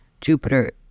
Jupiter